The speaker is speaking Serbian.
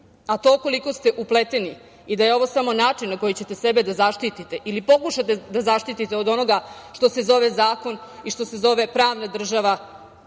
To koliko ste upleteni i da je ovo samo način na koji ćete sebe da zaštite ili pokušate da zaštitite od onoga što se zove zakon i što se zove pravna država,